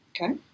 Okay